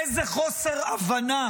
איזה חוסר הבנה